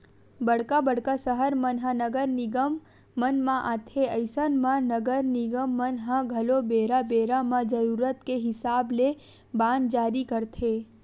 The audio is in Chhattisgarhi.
बड़का बड़का सहर मन ह नगर निगम मन म आथे अइसन म नगर निगम मन ह घलो बेरा बेरा म जरुरत के हिसाब ले बांड जारी करथे